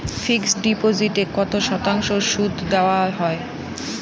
Fixed ডিপোজিটে কত শতাংশ সুদ দেওয়া হয়?